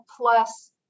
plus